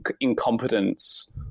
incompetence